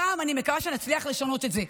הפעם אני מקווה שנצליח לשנות את זה.